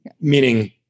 Meaning